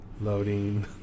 Loading